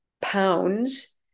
pounds